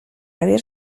aver